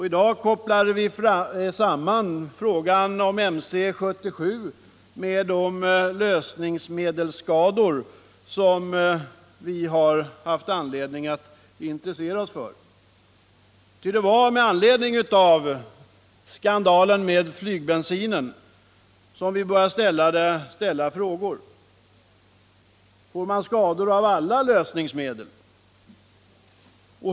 I dag kopplar vi samman frågan om MC 77 med de lösningsmedelsskador som vi har haft anledning att intressera oss för. Det var med anledning av skandalen med flygbensinen som vi började ställa frågor. Får man skador av alla lösningsmedel?